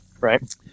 right